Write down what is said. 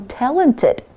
talented 。